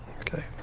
Okay